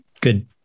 good